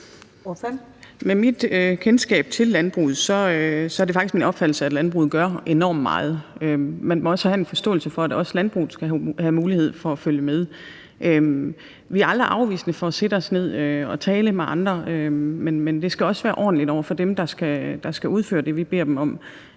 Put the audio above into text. Med mit kendskab til landbruget så er det faktisk min opfattelse, at landbruget gør enormt meget. Man må have en forståelse for, at også landbruget skal have mulighed for at følge med. Vi er aldrig afvisende over for at sætte os ned og tale med andre, men det skal også være ordentligt over for dem, der skal udføre det, vi beder dem om.